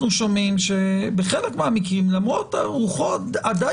אנחנו נוהגים בגמישות בעניין הזה למרות שבעיקרון יש חובת הופעה אישית